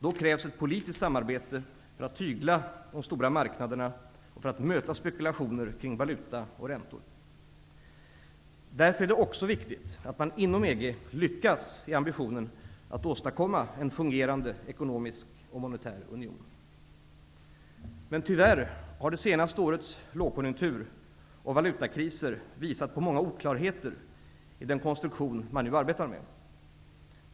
Då krävs ett politiskt samarbete för att tygla de stora marknaderna och för att möta spekulationer kring valuta och räntor. Därför är det också viktigt att man inom EG lyckas i ambitionen att åstadkomma en fungerande ekonomisk och monetär union. Tyvärr har det senaste årets lågkonjunktur och valutakriser visat på många oklarheter i den konstruktion man nu arbetar med.